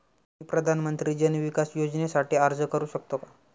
मी प्रधानमंत्री जन विकास योजनेसाठी अर्ज करू शकतो का?